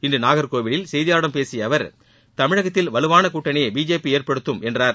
இன்று நாகர்கோவிலில் செய்தியாளர்களிடம் பேசிய அவர் தமிழகத்தில் வலுவான கூட்டணியை பிஜேபி ஏற்படுத்தும் என்றார்